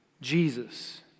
Jesus